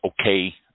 okay